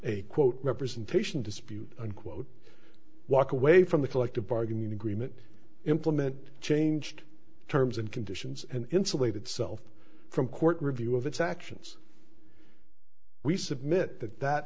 a quote representation dispute unquote walk away from the collective bargaining agreement implement changed the terms and conditions and insulate itself from court review of its actions we submit that